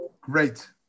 Great